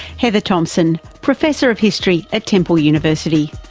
heather thompson, professor of history at temple university.